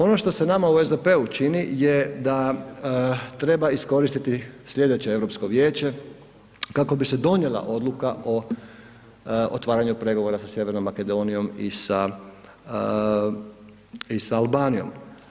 Ono što se nama u SDP-u čini je da treba iskoristiti sljedeće Europsko vijeće kako bi se donijela odluka o otvaranju pregovora sa Sjevernom Makedonijom i sa Albanijom.